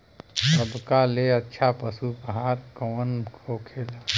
सबका ले अच्छा पशु आहार कवन होखेला?